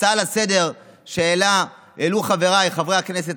ההצעה לסדר-היום שהעלו חבריי חבר הכנסת